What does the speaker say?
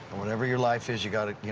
whatever your life is, you've got to, you